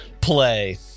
play